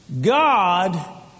God